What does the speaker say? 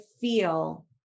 feel